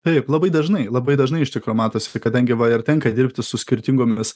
taip labai dažnai labai dažnai iš tikro matosi tai kadangi va ir tenka dirbti su skirtingomis